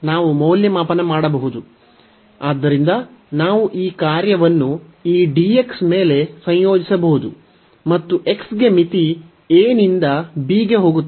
ಆದ್ದರಿಂದ ನಾವು ಈ ಕಾರ್ಯವನ್ನು ಈ dx ಮೇಲೆ ಸಂಯೋಜಿಸಬಹುದು ಮತ್ತು x ಗೆ ಮಿತಿ a ನಿಂದ b ಗೆ ಹೋಗುತ್ತದೆ